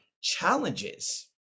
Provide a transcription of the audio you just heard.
challenges